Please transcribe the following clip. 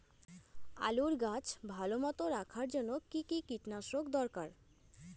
আলুর গাছ ভালো মতো রাখার জন্য কী কী কীটনাশক দরকার?